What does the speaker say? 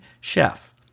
chef